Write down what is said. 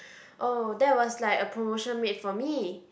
oh that was like a promotion made for me